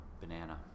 banana